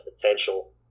potential